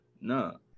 no